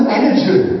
energy